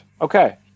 Okay